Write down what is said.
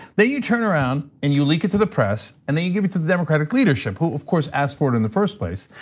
then you turn around and you leak it to the press. and then, you give it to the democratic leadership, who of course asked for it in the first place,